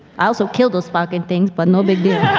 i also killed those fucking things, but no big deal.